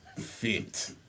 Fit